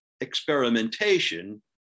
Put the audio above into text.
experimentation